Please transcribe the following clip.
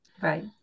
Right